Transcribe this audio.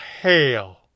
hail